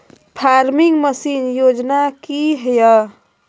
Farming machine योजना कि हैय?